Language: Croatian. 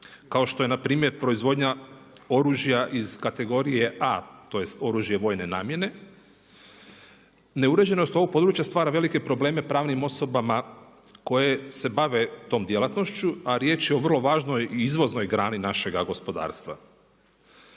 kao što je npr. proizvodnja oružja iz kategorije A, tj. oružje vojne namjene. Neuređenost ovog područja stvara velike probleme pravnim osobama koje se bave tom djelatnošću a riječ je o vrlo važnoj i izvoznoj grani našega gospodarstva.